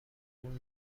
اون